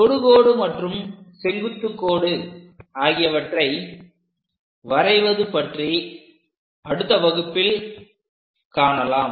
தொடுகோடு மற்றும் செங்குத்துக்கோடு ஆகியவற்றை வரைவது பற்றி அடுத்த வகுப்பில் நாம் காணலாம்